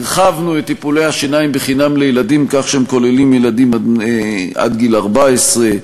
הרחבנו את טיפולי השיניים בחינם לילדים כך שהם כוללים ילדים עד גיל 14,